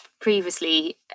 previously